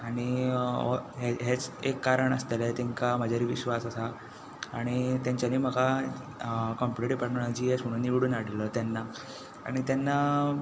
आनी हेंच एक कारण आसताले तांकां म्हजेर विश्वास आसा आनी तांच्यानी म्हाका कोंकणी डिपार्टमँटाचो जी एस म्हूण निवडून हाडलो तेन्ना आनी तेन्ना